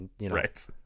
Right